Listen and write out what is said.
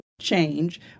change